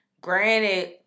Granted